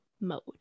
mode